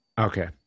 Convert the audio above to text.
Okay